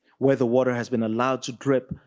where the water has been allowed to drip,